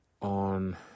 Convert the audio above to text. on